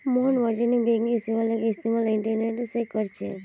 मोहन वाणिज्यिक बैंकिंग सेवालाक इस्तेमाल इंटरनेट से करछे